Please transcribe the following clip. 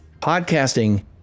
podcasting